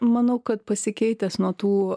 manau kad pasikeitęs nuo tų